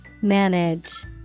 Manage